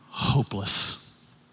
Hopeless